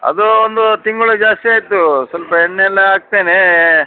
ಅದು ಒಂದು ತಿಂಗ್ಳು ಜಾಸ್ತಿ ಆಯಿತು ಸ್ವಲ್ಪ ಎಣ್ಣೆ ಎಲ್ಲ ಹಾಕ್ತೇನೆ